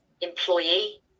employee